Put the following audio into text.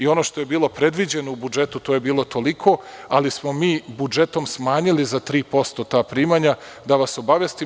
Ono što je bilo predviđeno u budžetu, to je bilo toliko, ali smo mi budžetom smanjili za 3% ta primanja, da vas obavestim.